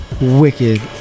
wicked